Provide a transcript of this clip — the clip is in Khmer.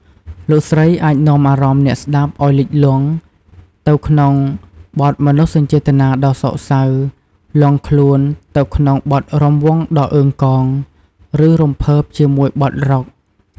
លោកស្រីអាចនាំអារម្មណ៍អ្នកស្តាប់ឱ្យលិចលង់ទៅក្នុងបទមនោសញ្ចេតនាដ៏សោកសៅ លង់ខ្លួនទៅក្នុងបទរាំវង់ដ៏អឺងកង ឬរំភើបជាមួយបទរ៉ុក។